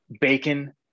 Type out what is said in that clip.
bacon